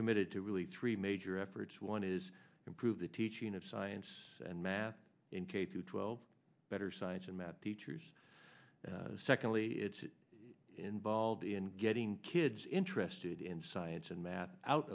committed to really three major efforts one is improve the teaching of science and math in k through twelve better science and math teachers secondly it's involved in getting kids interested in science and math out